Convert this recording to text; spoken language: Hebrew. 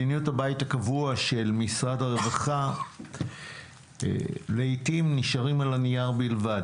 מדיניות הבית הקבוע של משרד הרווחה לעיתים נשארת על הנייר בלבד.